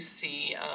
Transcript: see